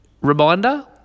reminder